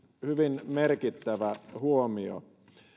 hyvin merkittävä huomio